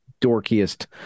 dorkiest